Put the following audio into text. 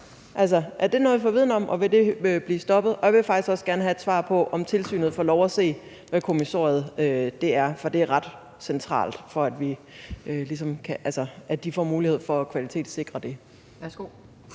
Er det noget, at vi får viden om, og vil det blive stoppet? Og jeg vil faktisk også gerne have et svar på, om tilsynet får lov at se, hvad kommissoriet er, for det er ret centralt for, at de får mulighed for at kvalitetssikre det.